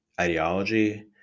ideology